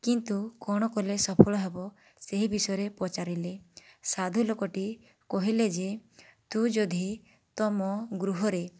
କିନ୍ତୁ କଣ କଲେ ସଫଳ ହେବ ସେହି ବିଷୟରେ ପଚାରିଲି ସାଧୁ ଲୋକଟି କହିଲେ ଯେ ତୁ ଯଦି ତମ ଗୃହରେ